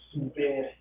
Super